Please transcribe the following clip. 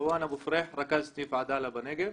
מרואן אבו פריח, רכז סניף עדאלה בנגב.